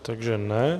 Takže ne.